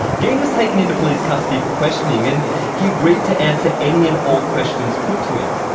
geen was taken into police custody for questioning and he agreed to answer any and all questions put to him.